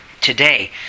today